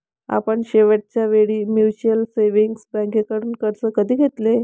आपण शेवटच्या वेळी म्युच्युअल सेव्हिंग्ज बँकेकडून कर्ज कधी घेतले?